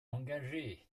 engagé